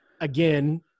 again